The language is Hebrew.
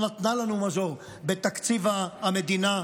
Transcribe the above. לא נתנה לנו מזור בתקציב המדינה.